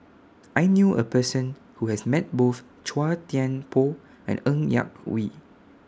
I knew A Person Who has Met Both Chua Thian Poh and Ng Yak Whee